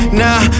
nah